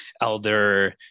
elder